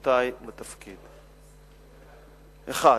מיומנויות רלוונטיות לשוק העבודה,